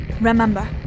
Remember